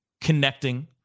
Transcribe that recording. connecting